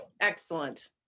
Excellent